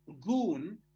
goon